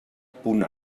punt